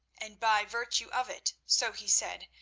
and, by virtue of it, so he said,